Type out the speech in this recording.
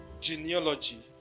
genealogy